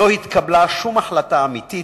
לא התקבלה שום החלטה אמיתית.